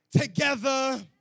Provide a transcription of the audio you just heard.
together